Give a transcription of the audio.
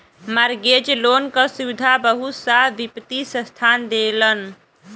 mortgage loan क सुविधा बहुत सा वित्तीय संस्थान देलन